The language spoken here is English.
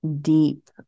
deep